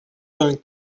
going